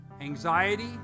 anxiety